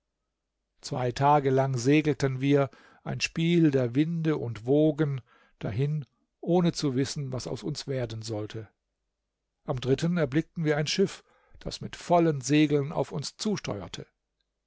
zwei tage lang segelten wir ein spiel der winde und wogen dahin ohne zu wissen was aus uns werden sollte am dritten erblickten wir ein schiff das mit vollen segeln auf uns zusteuerte